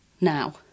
now